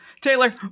Taylor